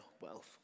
wealth